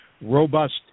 robust